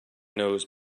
nose